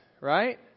right